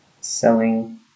selling